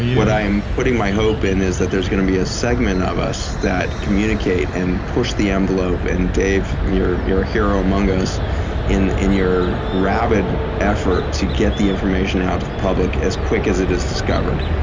what i'm putting my hope in is that there's going to be a segment of us that communicate and push the envelope. and dave, you're a hero among us in in your rabid effort to get the information out to the public as quick as it is discovered.